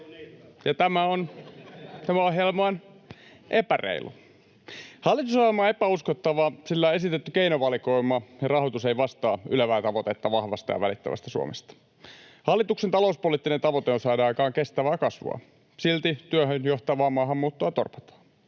tämä ohjelma on epäreilu. Hallitusohjelma on epäuskottava, sillä esitetty keinovalikoima ja rahoitus eivät vastaa ylevää tavoitetta vahvasta ja välittävästä Suomesta. Hallituksen talouspoliittinen tavoite on saada aikaan kestävää kasvua, silti työhön johtavaa maahanmuuttoa torpataan.